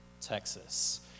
Texas